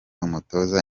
umutoza